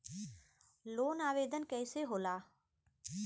Loan आवेदन कैसे होला?